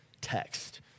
text